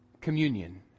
communion